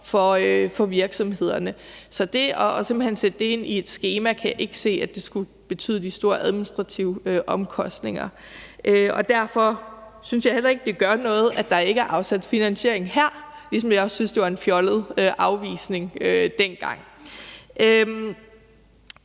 for virksomhederne. Så det simpelt hen at sætte det ind i et skema kan jeg ikke se skulle betyde de store administrative omkostninger. Og derfor synes jeg heller ikke, det gør noget, at der ikke er afsat finansiering her, ligesom jeg også synes, at det var en fjollet afvisning dengang.